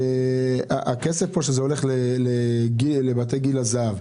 הכסף שהולך לבתי גיל הזהב.